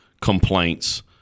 complaints